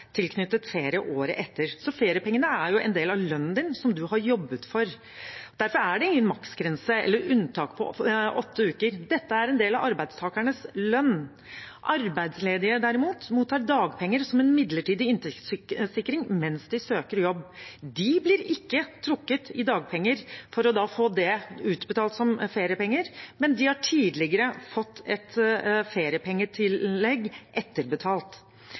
tilknyttet ferie året etter. Feriepengene er en del av lønnen man har jobbet for. Derfor er det ingen maksgrense eller unntak på åtte uker. Dette er en del av arbeidstakernes lønn. Arbeidsledige, derimot, mottar dagpenger som en midlertidig inntektssikring mens de søker jobb. De blir ikke trukket i dagpenger for da å få det utbetalt som feriepenger, men de har tidligere fått et feriepengetillegg etterbetalt.